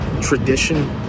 tradition